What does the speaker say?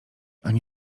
ani